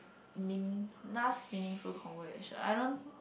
meaning last meaningful conversation I don't